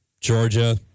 Georgia